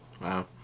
Wow